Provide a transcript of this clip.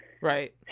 Right